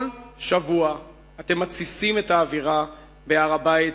כל שבוע אתם מתסיסים את האווירה בהר-הבית,